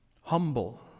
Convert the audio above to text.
humble